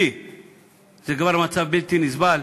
שאצלי זה כבר מצב בלתי נסבל,